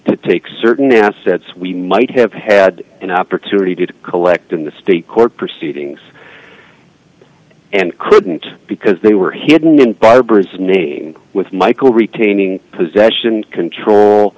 take certain assets we might have had an opportunity to collect in the state court proceedings and couldn't because they were hidden in barbara's name with michael retaining possession control